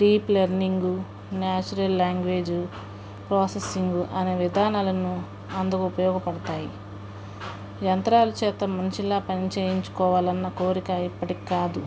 deep learning natural language processing అనే విధానాలను అందుకు ఉపయోగపడతాయి యంత్రాల చేత మనిషిలాగా పని చేయించుకోవాలన్న కోరిక ఇప్పటికి కాదు